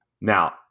Now